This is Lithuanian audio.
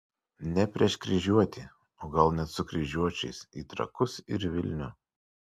ne prieš kryžiuotį o gal net su kryžiuočiais į trakus ir į vilnių